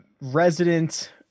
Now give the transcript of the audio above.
resident